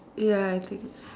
ya I think